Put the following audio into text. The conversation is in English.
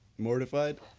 mortified